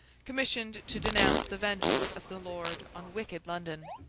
commissioned to denounce the vengeance of the lord on wicked london.